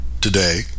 today